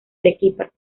arequipa